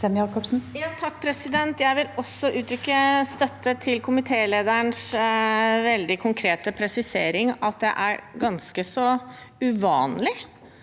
(Sp) Jeg vil også uttrykke støtte til komitélederens veldig konkrete presisering: Det er ganske så uvanlig